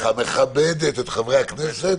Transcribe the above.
סליחה, היא מכבדת את חברי הכנסת